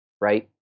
right